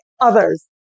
others